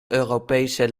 europese